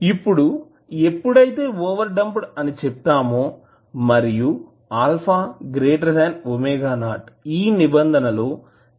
ఇప్పుడు ఎప్పుడైతే over damped అని చెప్తామో మరియు α ⍵0 ఈ నిబంధన లో C4LR2 అని పొందుతాము